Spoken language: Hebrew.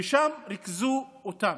ושם ריכזו אותם.